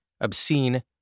obscene